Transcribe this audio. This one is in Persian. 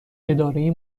اداره